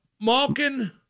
Malkin